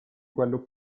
quello